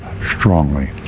strongly